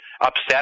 upset